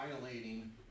violating